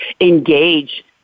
engage